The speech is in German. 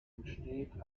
entsteht